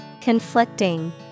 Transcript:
Conflicting